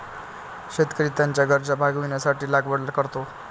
शेतकरी त्याच्या गरजा भागविण्यासाठी लागवड करतो